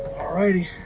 alrighty.